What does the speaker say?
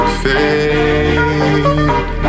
fade